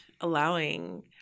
allowing